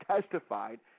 testified